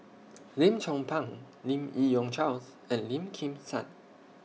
Lim Chong Pang Lim Yi Yong Charles and Lim Kim San